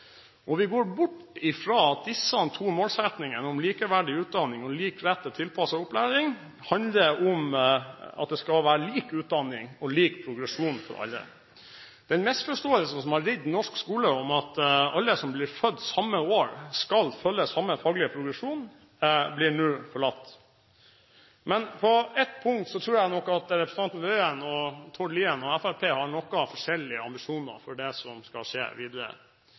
Vi går bort fra at de to målsettingene om likeverdig utdanning og lik rett til tilpasset opplæring handler om at det skal være lik utdanning og lik progresjon for alle. Den misforståelsen som har ridd norsk skole, at alle som blir født samme år, skal følge samme faglige progresjon, blir nå forlatt. Men på ett punkt tror jeg nok at representantene Tingelstad Wøien og Tord Lien og Fremskrittspartiet har noe forskjellige ambisjoner for det som skal skje videre.